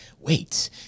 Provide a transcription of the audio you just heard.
wait